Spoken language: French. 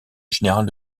général